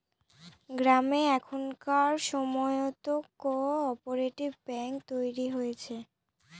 গ্রামে এখনকার সময়তো কো অপারেটিভ ব্যাঙ্ক তৈরী হয়েছে